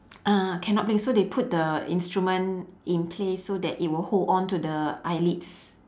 ah cannot blink so they put the instrument in place so that it will hold on to the eyelids